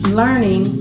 learning